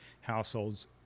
households